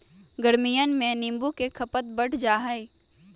गर्मियन में नींबू के खपत बढ़ जाहई